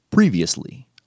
Previously